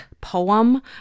poem